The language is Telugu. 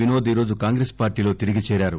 వినోద్ రోజు కాంగ్రెస్ పార్టీలో తిరిగి చేరారు